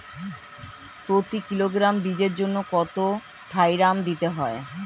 প্রতি কিলোগ্রাম বীজের জন্য কত থাইরাম দিতে হবে?